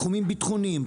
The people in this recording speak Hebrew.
תחומים ביטחוניים,